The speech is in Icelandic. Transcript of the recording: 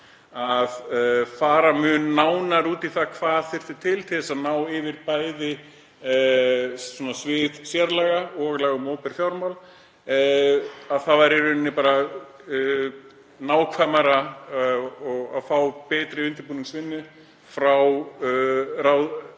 að fara mun nánar út í það hvað þyrfti til til að ná yfir bæði svið sérlaga og laga um opinber fjármál, að það væri í rauninni bara nákvæmara að fá betri undirbúningsvinnu frá